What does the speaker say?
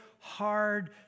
hard